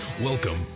Welcome